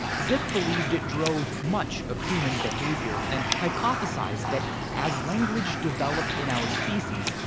zipf believed it drove much of human behavior and hypothesized that as language developed in our species,